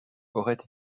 auraient